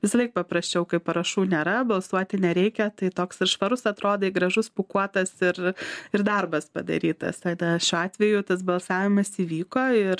visąlaik paprasčiau kai parašų nėra balsuoti nereikia tai toks ir švarus atrodai gražus pūkuotas ir ir darbas padarytas tai tai šiuo atveju tas balsavimas įvyko ir